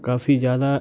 काफ़ी ज़्यादा